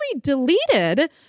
deleted